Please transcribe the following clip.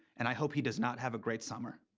and i hope he does not have a great summer.